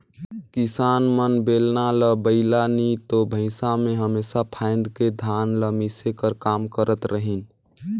किसान मन बेलना ल बइला नी तो भइसा मे हमेसा फाएद के धान ल मिसे कर काम करत रहिन